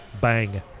bang